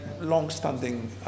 long-standing